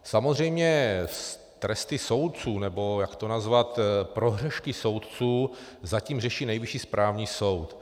Samozřejmě tresty soudců, nebo jak to nazvat, prohřešky soudců zatím řeší Nejvyšší správní soud.